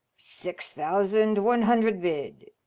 six thousand one hundred bid.